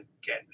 get